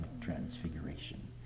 transfiguration